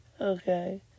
Okay